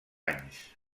anys